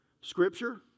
Scripture